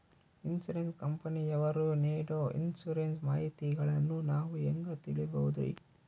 Insurance ಕಂಪನಿಯವರು ನೇಡೊ insurance ಮಾಹಿತಿಗಳನ್ನು ನಾವು ಹೆಂಗ ತಿಳಿಬಹುದ್ರಿ?